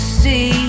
see